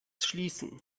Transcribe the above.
schließen